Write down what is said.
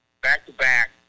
back-to-back